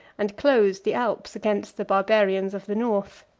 and closed the alps against the barbarians of the north.